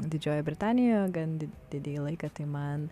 didžiojoje britanijoje gan didįjį laiką tai man